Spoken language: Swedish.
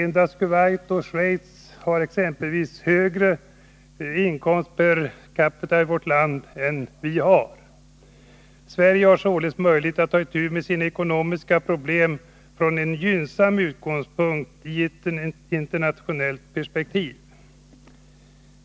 Endast Kuwait och Schweiz har exempelvis högre inkomst per capita än vårt land. Sverige har således möjlighet att ta itu med sina ekonomiska problem från en i ett internationellt perspektiv gynnsam utgångspunkt.